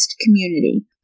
community